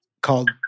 called